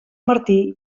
martí